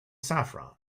saffron